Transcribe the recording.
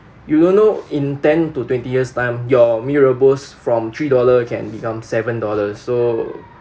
you don't know in ten to twenty years time your mee rebus from three dollar can become seven dollars so